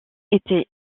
était